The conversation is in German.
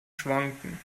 schwanken